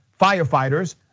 firefighters